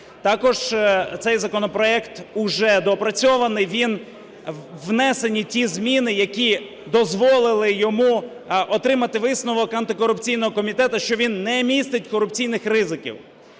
Також цей законопроект уже доопрацьований. Внесені ті зміни, які дозволили йому отримати висновок антикорупційного комітету, що він не містить корупційний ризиків.